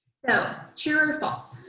so, true or false.